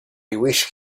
wish